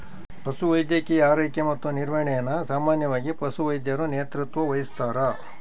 ಪಶುವೈದ್ಯಕೀಯ ಆರೈಕೆ ಮತ್ತು ನಿರ್ವಹಣೆನ ಸಾಮಾನ್ಯವಾಗಿ ಪಶುವೈದ್ಯರು ನೇತೃತ್ವ ವಹಿಸ್ತಾರ